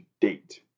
date